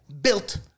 Built